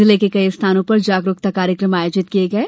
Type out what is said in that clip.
जिले के कई स्थानों पर जागरूकता कार्यक्रम आयोजित किये गये